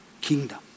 kingdom